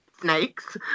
snakes